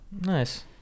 Nice